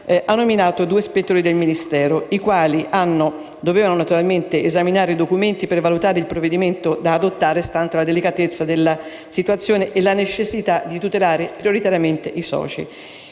ha minato due ispettori del Ministero, i quali dovevano esaminare i documenti per valutare il provvedimento da adottare, stante la delicatezza della situazione e la necessità di tutelare prioritariamente i soci.